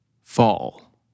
fall